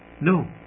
No